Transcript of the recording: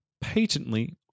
Patently